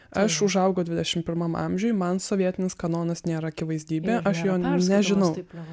aš užaugau dvidešimt pirmam amžiuj man sovietinis kanonas nėra akivaizdybė aš jo nežinau